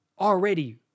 already